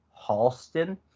Halston